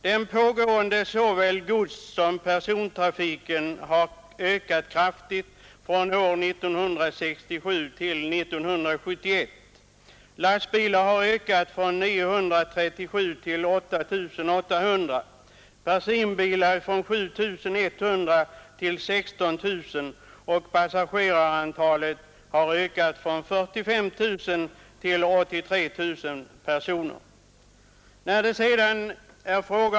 Den pågående såväl godssom persontrafiken har ökat kraftigt från år 1967 till år 1971. Lastbilarnas antal har ökat från 937 till 8 800, personbilarnas från 7 100 till 16 000, och passagerareantalet har ökat från 45 000 till 83 000 personer.